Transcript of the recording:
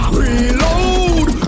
reload